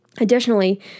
Additionally